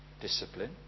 discipline